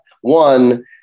one